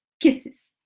Kisses